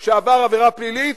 שהוא עבירה פלילית,